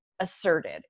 asserted